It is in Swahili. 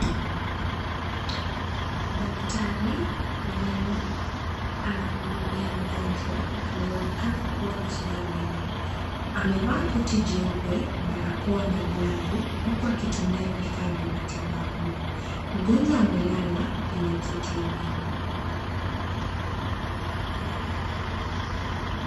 Daktari wa meno anamhudumia mgonjwa anayeonekana kuwa na shida ya meno. Amevaa koti jeupe, barakoa na glavu huku akitumia vifaa vya matibabu. Mgonjwa amelala kwenye kiti ya meno.